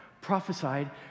prophesied